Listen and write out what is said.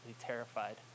terrified